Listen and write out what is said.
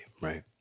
right